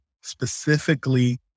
specifically